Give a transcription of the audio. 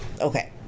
Okay